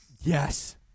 Yes